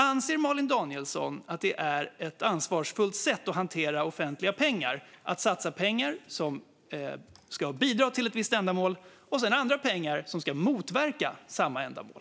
Anser Malin Danielsson att det är ett ansvarsfullt sätt att hantera offentliga pengar att satsa pengar som ska bidra till ett visst ändamål och sedan satsa andra pengar som ska motverka samma ändamål?